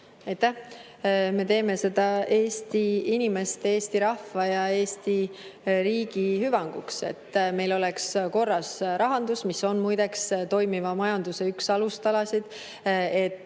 Me teeme seda Eesti inimeste, Eesti rahva ja Eesti riigi hüvanguks, et meil oleks korras rahandus, mis on muide toimiva majanduse üks alustalasid, et